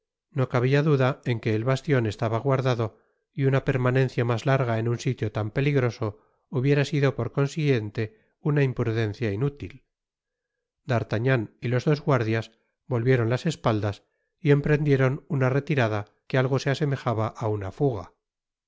no cabia duda en que el bastion estaba guardado y una permanencia mas larga en un sitio tan peligroso hubiera sido por consiguiente una imprudencia inútil d'artagnan y los dos guardias volvieron las espaldas y emprendieron una retirada que algo se asemejaba á una fuga